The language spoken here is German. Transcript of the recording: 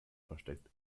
versteckt